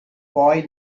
boy